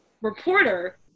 reporter